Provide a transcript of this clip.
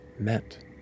met